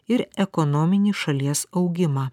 ir ekonominį šalies augimą